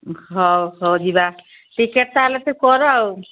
ହଉ ହଉ ଯିବା ଟିକେଟ ତା'ହେଲେ ତୁ କର ଆଉ